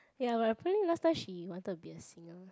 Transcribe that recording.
ya but apparently last time she wanted to be a singer